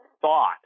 thought